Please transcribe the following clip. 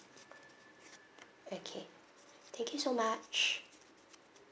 okay thank you so much